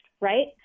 Right